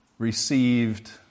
received